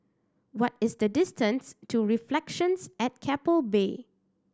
what is the distance to Reflections at Keppel Bay